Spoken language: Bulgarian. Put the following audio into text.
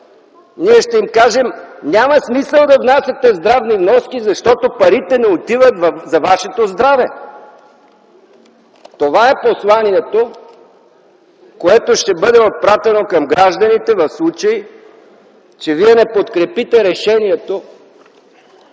ние ще им кажем „няма смисъл да внасяте здравни вноски, защото парите не отиват за вашето здраве”! Това е посланието, което ще бъде отправено към гражданите в случай, че вие не подкрепите решението